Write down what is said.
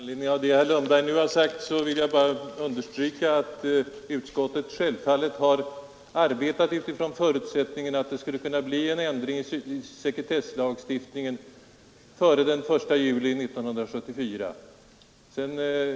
Herr talman! Med anledning av vad herr Lundberg nu sagt vill jag bara understryka att utskottet har arbetat utifrån den direkta förutsättningen att det skall kunna bli en ändring i sekretesslagstiftningen före den 1 juli 1974.